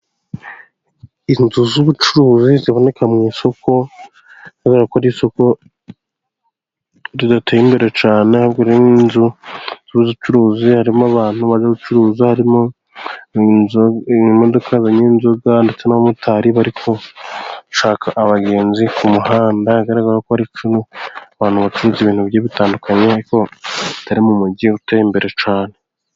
Inzu z'ubucuruzi ziboneka mu isoko, bigaragarako ari isoko ridateye imbere cyane, ahubwo ririmo inzu z'ubucuruzi, harimo abantu baje gucuruza, harimo imodoka yazanye inzoga, ndetse n'abamotari bari gushaka abagenzi ku muhanda. Bigaragara ko ari icumi, abantu bacuruza ibintu bigiye bitandukanye ari ko atari mu mujyi uteye imbere cyane.